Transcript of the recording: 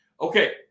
Okay